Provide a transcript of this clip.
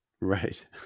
Right